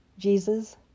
Jesus